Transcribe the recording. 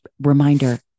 reminder